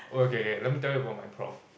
oh okay okay okay let me tell you about my prof